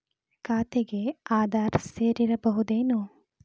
ಖಾತೆಗೆ ಆಧಾರ್ ಸೇರಿಸಬಹುದೇನೂ?